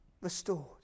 restored